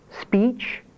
Speech